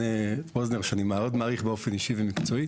רוזנר שאני מאוד מעריך באופן אישי ומקצועי,